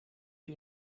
you